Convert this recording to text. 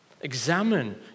Examine